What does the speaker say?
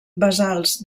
basalts